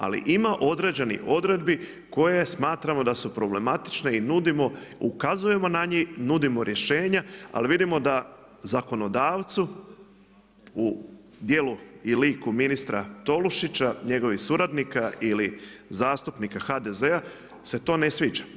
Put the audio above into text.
Ali ima određenih odredbi koje smatramo da su problematične i nudimo, ukazujemo na njih, nudimo rješenja ali vidimo da zakonodavcu u djelu i liku ministra Tolušića, njegovih suradnika ili zastupnika HDZ-a se to ne sviđa.